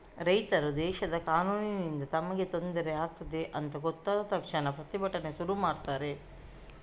ರೈತರು ದೇಶದ ಕಾನೂನಿನಿಂದ ತಮಗೆ ತೊಂದ್ರೆ ಆಗ್ತಿದೆ ಅಂತ ಗೊತ್ತಾದ ತಕ್ಷಣ ಪ್ರತಿಭಟನೆ ಶುರು ಮಾಡ್ತಾರೆ